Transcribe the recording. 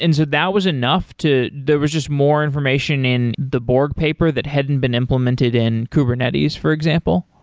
and so that was enough to there was just more information in the borg paper that hadn't been implemented in kubernetes, for example?